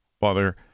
Father